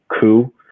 coup